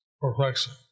perfection